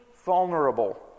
vulnerable